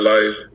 Life